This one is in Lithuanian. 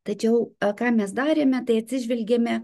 tačiau ką mes darėme tai atsižvelgėme